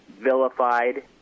vilified